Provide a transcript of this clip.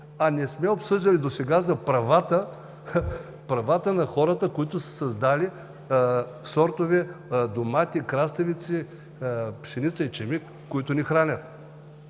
а не сме обсъждали досега за правата на хората, създали сортове домати, краставици, пшеница и ечемик, които ни хранят.